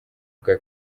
bwa